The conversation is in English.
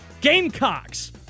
Gamecocks